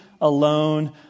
alone